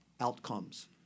outcomes